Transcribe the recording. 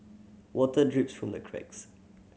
water drips from the cracks